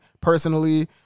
personally